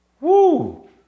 Woo